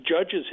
judges